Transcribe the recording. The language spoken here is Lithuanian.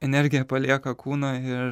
energija palieka kūną ir